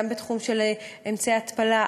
גם בתחום של אמצעי התפלה,